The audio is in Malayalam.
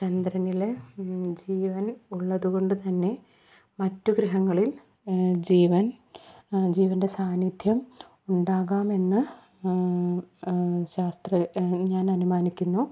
ചന്ദ്രനിലെ ജീവൻ ഉള്ളതുകൊണ്ട് തന്നെ മറ്റു ഗ്രഹങ്ങളിൽ ജീവൻ ജീവൻ്റെ സാന്നിധ്യം ഉണ്ടാകാമെന്ന് ശാസ്ത്രജ്ഞൻ അനുമാനിക്കുന്നു